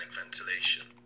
ventilation